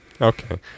Okay